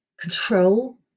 control